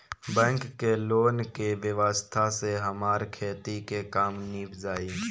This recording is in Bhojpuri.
बैंक के लोन के व्यवस्था से हमार खेती के काम नीभ जाई